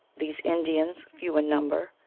these indians, few in number,